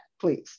please